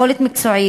יכולת מקצועית,